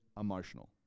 emotional